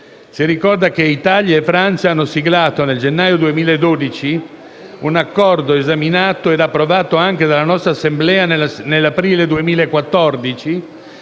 Si ricorda che Italia e Francia hanno siglato, nel gennaio 2012, un accordo (esaminato ed approvato anche dalla nostra Assemblea nell'aprile 2014),